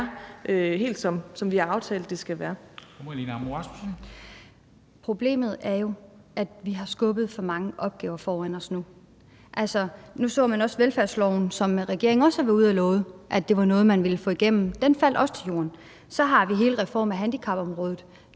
Kl. 13:50 Marlene Ambo-Rasmussen (V): Problemet er jo, at vi har skubbet for mange opgaver foran os nu. Nu så vi også velfærdsloven, som regeringen også har været ude at love var noget, man ville få igennem, men den faldt også til jorden. Så har vi hele reformen af handicapområdet,